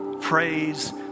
Praise